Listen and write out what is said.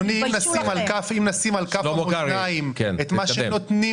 אם נשים על כף המאזניים את מה שנותנים